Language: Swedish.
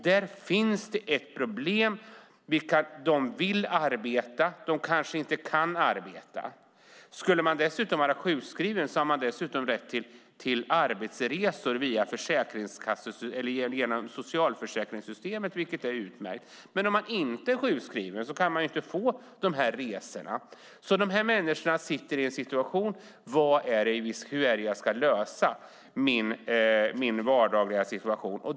Där finns det ett problem. De vill arbeta men kan kanske inte arbeta. Den som är sjukskriven har rätt till arbetsresor genom socialförsäkringssystemet, vilket är utmärkt, men om man inte är sjukskriven kan man inte få några sådana resor. De människorna hamnar i ett läge där de undrar hur de ska lösa sin vardagliga situation.